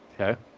Okay